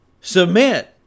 submit